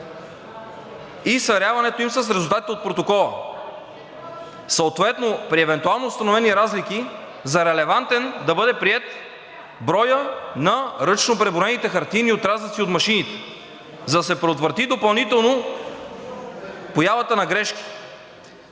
и сверяването им с резултатите от протокола. Съответно, при евентуално установени разлики, за релевантен да бъде приет броят на ръчно преброените хартиени отрязъци от машините, за да се предотврати допълнително появата на грешки.